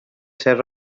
ser